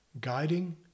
guiding